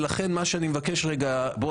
ולכן מה שאני מבקש לפני,